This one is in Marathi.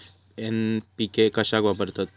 एन.पी.के कशाक वापरतत?